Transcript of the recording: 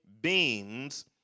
beams